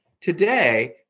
Today